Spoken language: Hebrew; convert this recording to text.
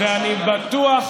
ואני בטוח,